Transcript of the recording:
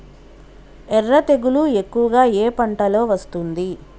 ఎర్ర తెగులు ఎక్కువగా ఏ పంటలో వస్తుంది?